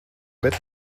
bet